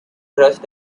trust